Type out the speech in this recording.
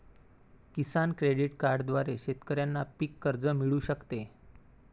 किसान credit कार्डद्वारे शेतकऱ्यांना पीक कर्ज मिळू शकते